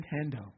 handle